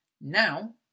now